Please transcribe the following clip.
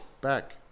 back